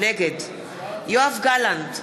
נגד יואב גלנט,